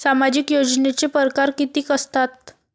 सामाजिक योजनेचे परकार कितीक असतात?